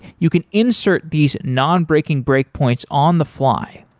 you can insert these nonbreaking breakpoints on the fly.